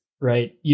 right